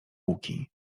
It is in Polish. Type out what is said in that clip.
łuki